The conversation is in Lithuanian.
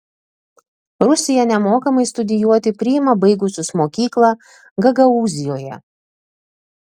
rusija nemokamai studijuoti priima baigusius mokyklą gagaūzijoje